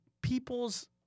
people's